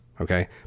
okay